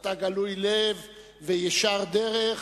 אתה גלוי לב וישר דרך,